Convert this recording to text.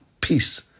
peace